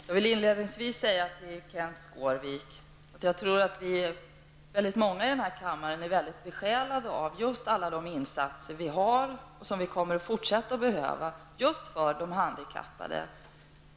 Fru talman! Jag tror att många här i kammaren, Kenth Skårvik, är besjälade av just alla de insatser som görs nu och som kommer att fortsätta att behövas för de handikappade.